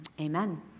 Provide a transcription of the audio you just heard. Amen